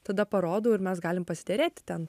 tada parodau ir mes galim pasiderėti ten